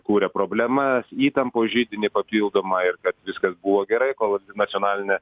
kuria problema įtampos židinį papildomą ir kad viskas buvo gerai kol nacionalinė